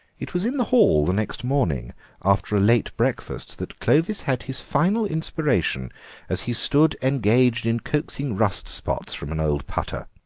it was in the hall the next morning after a late breakfast that clovis had his final inspiration as he stood engaged in coaxing rust spots from an old putter.